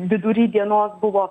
vidury dienos buvo